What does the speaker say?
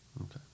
okay